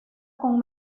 con